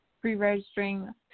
pre-registering